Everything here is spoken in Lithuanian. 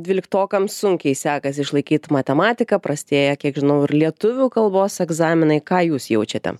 dvyliktokams sunkiai sekasi išlaikyt matematiką prastėja kiek žinau ir lietuvių kalbos egzaminai ką jūs jaučiate